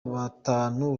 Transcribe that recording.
batanu